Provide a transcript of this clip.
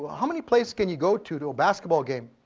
ah how many places can you go to to a basketball game?